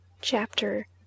Chapter